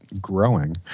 growing